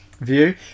view